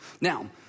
Now